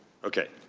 okay.